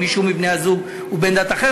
אם מישהו מבני-הזוג הוא בן דת אחרת.